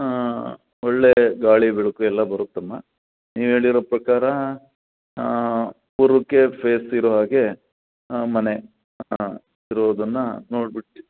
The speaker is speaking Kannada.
ಹಾಂ ಒಳ್ಳೆಯ ಗಾಳಿ ಬೆಳಕು ಎಲ್ಲ ಬರುತ್ತಮ್ಮ ನೀವು ಹೇಳಿರೋ ಪ್ರಕಾರ ಪೂರ್ವಕ್ಕೆ ಫೇಸ್ ಇರೋ ಹಾಗೆ ಮನೆ ಇರೋದನ್ನು ನೋಡ್ಬಿಟ್ಟು